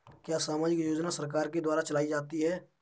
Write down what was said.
क्या सामाजिक योजना सरकार के द्वारा चलाई जाती है?